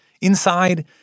Inside